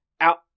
out